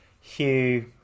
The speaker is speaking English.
Hugh